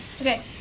Okay